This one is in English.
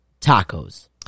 tacos